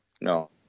no